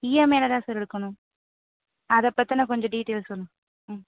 இஎம்ஐயில் தான் சார் எடுக்கணும் அதை பத்தின கொஞ்சம் டீட்டெயில்ஸ் சொல்லுங்கள் ம்